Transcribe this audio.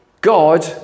God